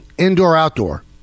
Indoor-outdoor